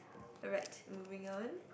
alright moving on